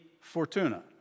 Fortuna